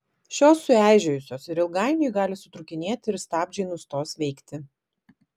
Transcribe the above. šios sueižėjusios ir ilgainiui gali sutrūkinėti ir stabdžiai nustos veikti